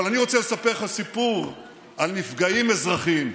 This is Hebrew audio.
אבל אני רוצה לספר לך סיפור על נפגעים אזרחיים.